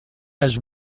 has